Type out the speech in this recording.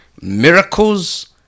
miracles